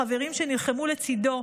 החברים שנלחמו לצידו,